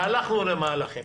והלכנו למהלכים,